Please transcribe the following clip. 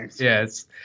Yes